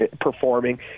performing